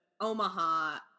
Omaha